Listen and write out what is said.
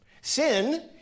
Sin